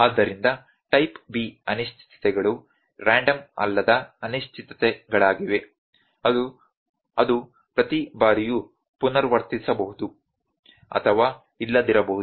ಆದ್ದರಿಂದ type B ಅನಿಶ್ಚಿತತೆಗಳು random ಅಲ್ಲದ ಅನಿಶ್ಚಿತತೆಗಳಾಗಿವೆ ಅದು ಪ್ರತಿ ಬಾರಿಯೂ ಪುನರಾವರ್ತಿಸಬಹುದು ಅಥವಾ ಇಲ್ಲದಿರಬಹುದು